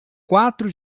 quatro